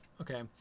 Okay